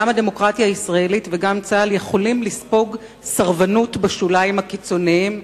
גם הדמוקרטיה הישראלית וגם צה"ל יכולים לספוג סרבנות בשוליים הקיצוניים,